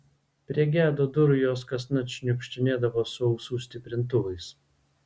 prie gedo durų jos kasnakt šniukštinėdavo su ausų stiprintuvais